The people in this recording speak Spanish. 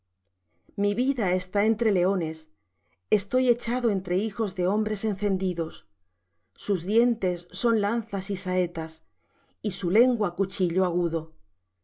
mi vida está entre leones estoy echado entre hijos de hombres encendidos sus dientes son lanzas y saetas y su lengua cuchillo agudo